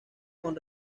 con